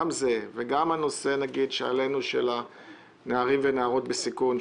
גם זו וגם הנושא של הנערים והנערות שבסיכון,